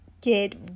get